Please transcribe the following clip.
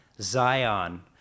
Zion